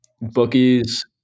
Bookies